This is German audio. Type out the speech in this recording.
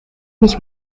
mich